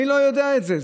מי לא יודע את זה?